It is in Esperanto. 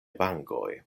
vangoj